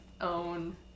own